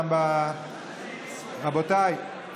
רבותיי,